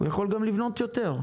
הוא יכול גם לבנות יותר.